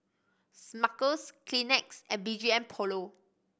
Smuckers Kleenex and B G M Polo